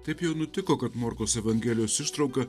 taip jau nutiko kad morkaus evangelijos ištrauka